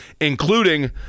including